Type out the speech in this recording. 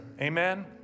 amen